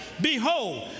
Behold